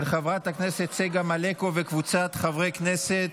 של חברת הכנסת צגה מלקו וקבוצת חברי הכנסת,